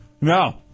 No